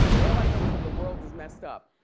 all i know is that the world is messed up.